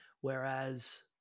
Whereas